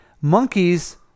Monkeys